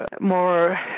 more